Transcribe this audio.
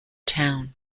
town